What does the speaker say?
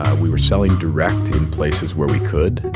ah we were selling direct in places where we could,